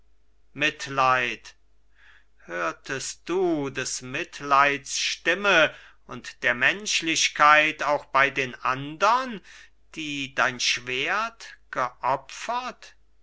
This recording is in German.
mitleid hörtest du des mitleids stimme und der menschlichkeit auch bei den andern die dein schwert geopfert